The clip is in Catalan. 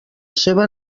seva